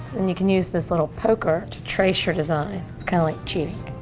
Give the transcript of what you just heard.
and you can use this little poker to trace your design, it's kind of like cheating.